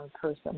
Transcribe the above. person